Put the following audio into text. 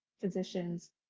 physicians